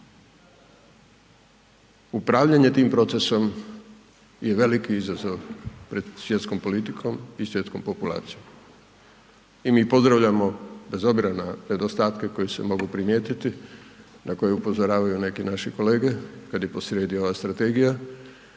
Upravljanje tim procesom je veliki izazov pred svjetskom politikom i svjetskom populacijom. I mi pozdravljamo bez obzira na nedostatke koji se mogu primijetiti, na koje upozoravaju neki naši kolege kad je po srijedi ova strategija